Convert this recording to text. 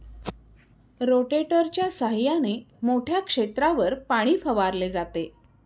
रोटेटरच्या सहाय्याने मोठ्या क्षेत्रावर पाणी फवारले जाते